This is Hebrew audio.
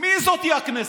מי זאת הכנסת?